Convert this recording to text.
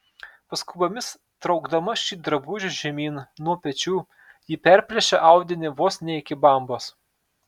paskubomis traukdama šį drabužį žemyn nuo pečių ji perplėšė audinį vos ne iki bambos